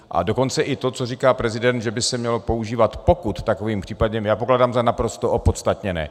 A dokonce i to, co říká prezident, že by se mělo používat, pokud v takovém případě, to pokládám za naprosto opodstatněné.